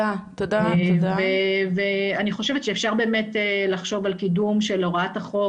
אני חושבת שאפשר באמת לחשוב על קידום של הוראת החוק,